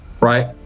right